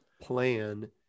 plan